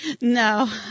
No